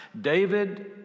David